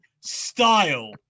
style